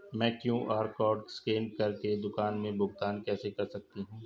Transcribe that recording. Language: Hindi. मैं क्यू.आर कॉड स्कैन कर के दुकान में भुगतान कैसे कर सकती हूँ?